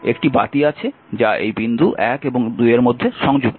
একটি বাতি আছে যা এই বিন্দু 1 এবং 2 এর মধ্যে সংযুক্ত